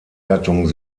gattung